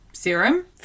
Serum